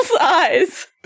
eyes